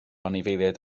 anifeiliaid